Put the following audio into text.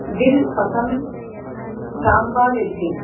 Dil Pasand sambar idli